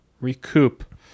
recoup